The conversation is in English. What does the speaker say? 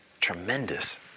Tremendous